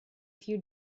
few